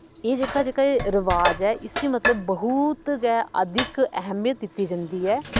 एह् जेह्का जेह्का एह् रवाज ऐ इस्सी मतलव बहुत गै अधिक ऐहमियत दीती जंदी ऐ